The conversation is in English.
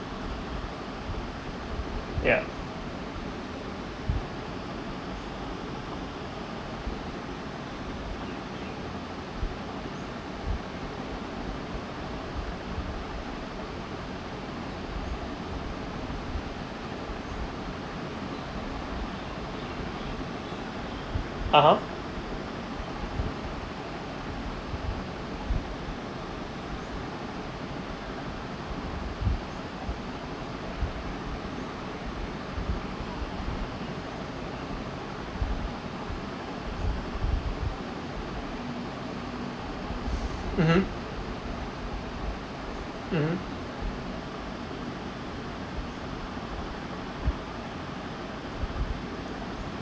yeah (uh huh) mmhmm mmhmm